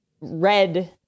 red